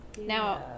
Now